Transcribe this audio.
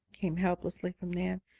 came helplessly from nan.